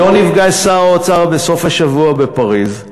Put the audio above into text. שאתו נפגש שר האוצר בסוף השבוע בפריז,